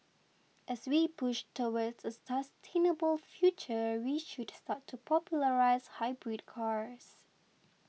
as we push towards a sustainable future we should start to popularise hybrid cars